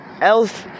else